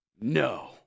no